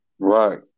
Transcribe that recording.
Right